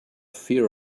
fear